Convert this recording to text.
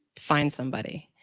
find somebody.